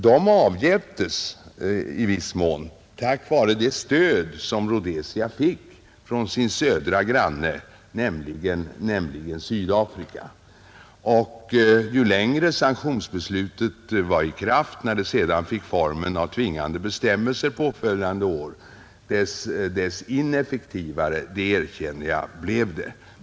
De avhjälptes i viss mån genom det stöd som Rhodesia fick från sin södra granne, nämligen Sydafrika. Ju längre sanktionsbeslutet var i kraft — påföljande år fick detta formen av tvingande bestämmelser — dess ineffektivare — det erkänner jag — blev det.